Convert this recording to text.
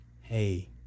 hey